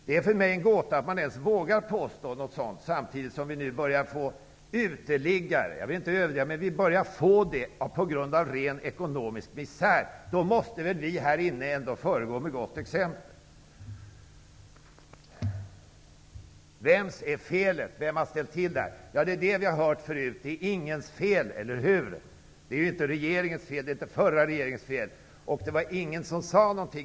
Det är för mig en gåta att man ens vågar göra något sådant, samtidigt som vi nu -- jag vill inte överdriva, men så är det -- börjar få uteliggare på grund av ren ekonomisk misär. Då måste väl vi här inne ändå föregå med gott exempel. Vems är felet? Vem har ställt till det här? Ja, vi har hört det förut: Det är ingens fel -- eller hur? Det är ju inte regeringens fel, och det är inte den förra regeringens fel.